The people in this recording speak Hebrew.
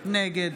נגד